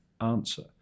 answer